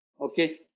Okay